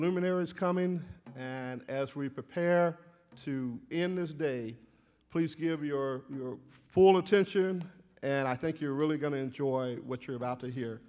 luminaries coming as we prepare to in this day please give your full attention and i think you're really going to enjoy what you're about to hear